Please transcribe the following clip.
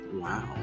Wow